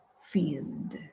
field